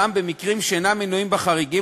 במקרים שאינם מנויים בחריגים,